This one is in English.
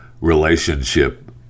relationship